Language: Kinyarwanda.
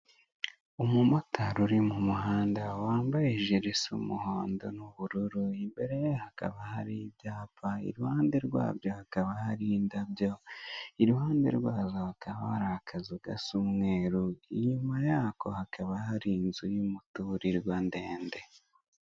Umumotari uri mu muhanda, wambaye ijire isa umuhondo n'ubururu, imbere ye hakaba hari icyapa, iruhande rwabyo hakaba hari indabyo, iruhande rwe hakaba hari akazu gasa umweru, inyuma yako hakaba hari inzu y'umuturirwa ndende.